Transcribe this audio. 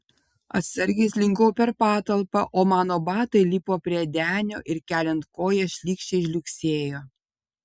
atsargiai slinkau per patalpą o mano batai lipo prie denio ir keliant koją šlykščiai žliugsėjo